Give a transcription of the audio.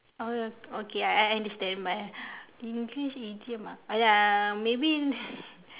oh okay I understand but english idiom uh maybe